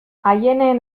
aieneen